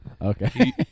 Okay